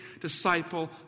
disciple